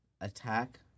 attack